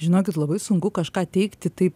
žinokit labai sunku kažką teigti taip